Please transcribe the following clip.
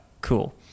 cool